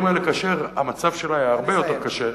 האלה כאשר המצב שלה היה הרבה יותר קשה,